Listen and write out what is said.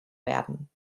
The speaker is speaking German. werden